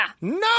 No